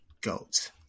goats